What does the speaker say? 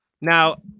Now